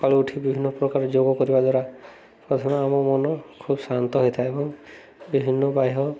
ସକାଳୁ ଉଠି ବିଭିନ୍ନ ପ୍ରକାର ଯୋଗ କରିବା ଦ୍ୱାରା ପ୍ରଧମେ ଆମ ମନ ଖୁବ ଶାନ୍ତ ହୋଇଥାଏ ଏବଂ ବିଭିନ୍ନ ବାହ୍ୟ